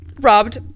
Robbed